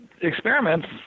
experiments